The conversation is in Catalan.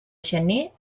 gener